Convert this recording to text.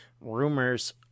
rumors